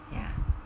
ya